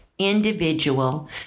individual